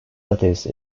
lattice